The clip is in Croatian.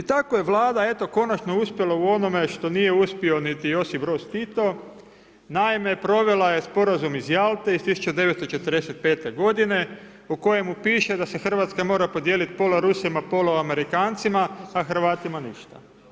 I tako je Vlada, eto, konačno uspjela u onome što nije uspio niti Josip Broz Tito, naime, provela je sporazum iz Jalte iz 1945. g. u kojemu piše da se Hrvatska mora podijeliti pola Rusima, pola Amerikancima, a Hrvatima ništa.